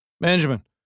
Benjamin